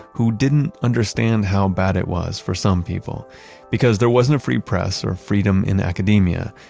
who didn't understand how bad it was for some people because there wasn't a free press or freedom in academia.